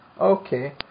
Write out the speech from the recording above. Okay